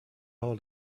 all